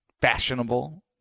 fashionable